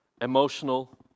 emotional